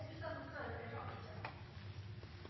det ha